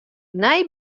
nij